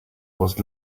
was